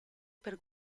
per